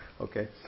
okay